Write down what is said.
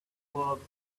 verbs